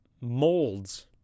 molds